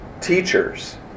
Teachers